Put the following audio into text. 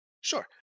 Sure